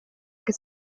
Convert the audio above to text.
que